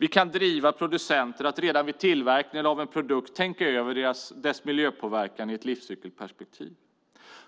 Vi kan driva producenter att redan vid tillverkningen av en produkt tänka över dess miljöpåverkan i ett livscykelperspektiv.